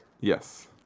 Yes